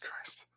Christ